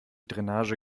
drainage